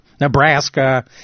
Nebraska